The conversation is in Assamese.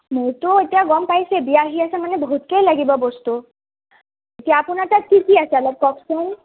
মোৰতো এতিয়া গম পাইছেই বিয়া আহি আছে মানে বহুতেই লাগিব বস্তু আপোনাৰ তাত কি কি আছে অলপ কওকচোন